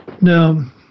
Now